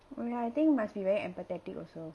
oh ya I think must be very empathetic also